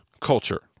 culture